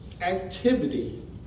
activity